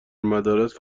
مدارس